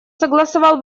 согласовал